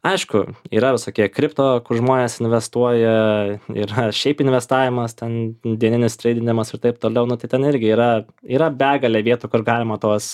aišku yra visokie kripto kur žmonės investuoja yra šiaip investavimas ten dieninis treidinimas ir taip toliau nu tai ten irgi yra yra begalė vietų kur galima tuos